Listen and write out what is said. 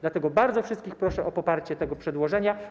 Dlatego bardzo wszystkich proszę o poparcie tego przedłożenia.